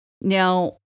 Now